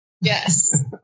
Yes